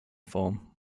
form